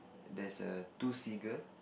there's a two seagull